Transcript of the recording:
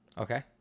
Okay